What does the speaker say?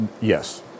yes